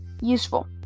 useful